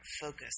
focus